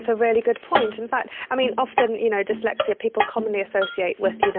so really good point. and but i mean often you know dyslexia people commonly associate with you know